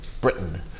Britain